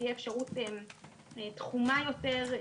שתהיה אפשרות תחומה יותר,